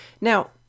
Now